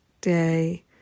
day